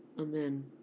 Amen